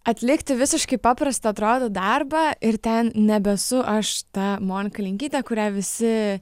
atlikti visiškai paprastą atrado darbą ir ten nebesu aš ta monika linkytė kurią visi